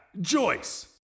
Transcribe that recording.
Joyce